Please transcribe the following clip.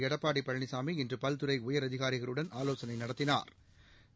எடப்பாடி பழனிசாமி இன்று பல்துறை உயரதிகாரிகளுடன் ஆலோசனை நடத்தினாா்